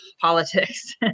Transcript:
politics